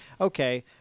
okay